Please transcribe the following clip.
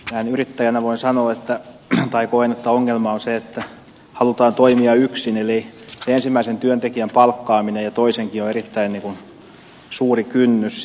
näin yrittäjänä koen että ongelma on se että halutaan toimia yksin eli sen ensimmäisen ja toisenkin työntekijän palkkaamiseen on erittäin suuri kynnys